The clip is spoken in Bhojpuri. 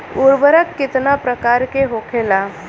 उर्वरक कितना प्रकार के होखेला?